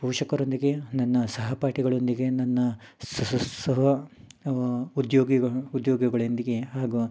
ಪೋಷಕರೊಂದಿಗೆ ನನ್ನ ಸಹಪಾಠಿಗಳೊಂದಿಗೆ ನನ್ನ ಸಹ ಉದ್ಯೋಗಿ ಉದ್ಯೋಗಿಗಳೊಂದಿಗೆ ಹಾಗೂ